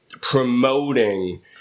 promoting